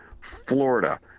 Florida